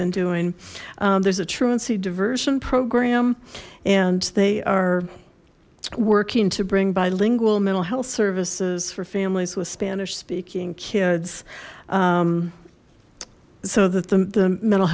been doing there's a truancy diversion program and they are working to bring bilingual mental health services for families with spanish speaking kids so that the mental